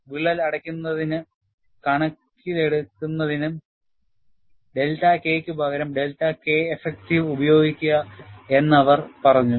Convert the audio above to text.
വിള്ളൽ അടയ്ക്കുന്നതിന് കണക്കിലെടുക്കുന്നതിന് ഡെൽറ്റ K ക്ക് പകരം ഡെൽറ്റ K എഫക്റ്റീവ് ഉപയോഗിക്കുക എന്ന് അവർ പറഞ്ഞു